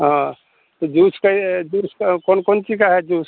हाँ तो जूस का यह जूस का कौन कौन ची का है जूस